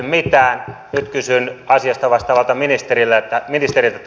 nyt kysyn asiasta vastaavalta ministeriltä